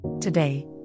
Today